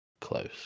Close